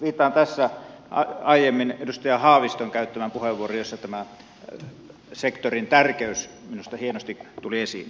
viittaan tässä aiemmin edustaja haaviston käyttämään puheenvuoroon jossa tämä sektorin tärkeys minusta hienosti tuli esiin